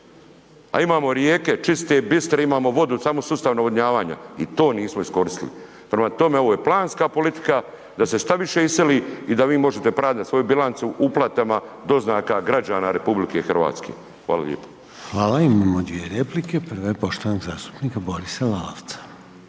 a imao rijeke čiste, bistre imao vodu samo sustav navodnjavanja i to nismo iskoristili. Prema tome ovo je planska politika da se što više iseli i da vi možete pravdat svoju bilancu uplatama doznaka građana RH. Hvala lijepo. **Reiner, Željko (HDZ)** Hvala imamo dvije replike. Prva je poštovanog zastupnika Borisa Lalovca.